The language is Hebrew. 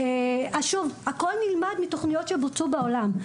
שוב, הכול נלמד מתוכניות שבוצעו בעולם.